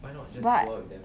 but